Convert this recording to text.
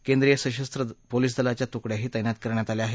केंद्रीय सशस्त्र पोलीस दलाच्या तुकड्याही तस्तित करण्यात आल्या आहेत